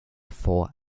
four